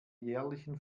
jährlichen